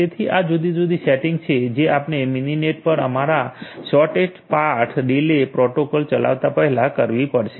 તેથી આ જુદી જુદી સેટિંગ્સ છે જે આપણે મિનિનેટ પર અમારા શોર્ટેસ્ટ પાથ ડીલે પ્રોટોકોલ ચલાવતા પહેલા કરવી પડશે